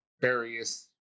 various